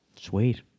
Sweet